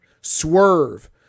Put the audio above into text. Swerve